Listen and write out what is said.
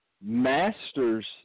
master's